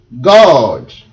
God